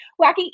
wacky